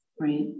right